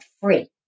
free